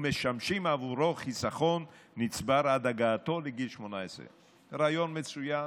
ומשמשים בעבורו חיסכון נצבר עד הגעתו לגיל 18. הרעיון מצוין,